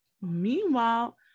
meanwhile